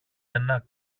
ένα